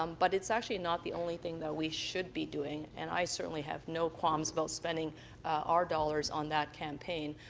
um but it's actually not the only thing that we should be doing. and i certainly have no qualms about spending our dollars on that campaign.